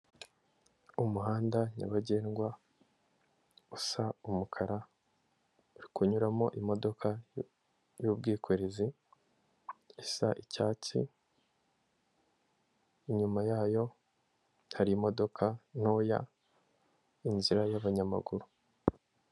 Umuhanda nyabagendwa usa umukara, uri kunyuramo imodoka y'ubwikorezi isa icyatsi, inyuma yayo hari imodoka ntoya, inzira y'abanyamaguru.